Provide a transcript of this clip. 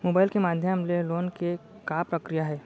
Mobile के माधयम ले लोन के का प्रक्रिया हे?